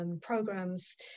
programs